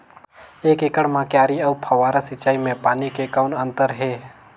एक एकड़ म क्यारी अउ फव्वारा सिंचाई मे पानी के कौन अंतर हे?